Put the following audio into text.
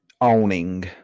Owning